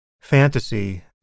fantasy